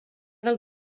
del